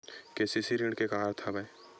KCC ऋण के का अर्थ हवय?